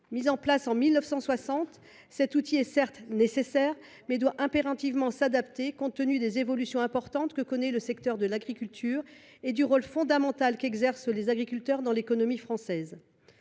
Mis en place en 1960, ces outils sont nécessaires, mais ils doivent impérativement s’adapter, étant donné les évolutions importantes que connaît le secteur de l’agriculture et le rôle fondamental joué par les agriculteurs dans l’économie française.